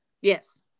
yes